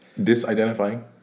Disidentifying